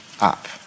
up